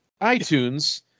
iTunes